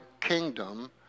kingdom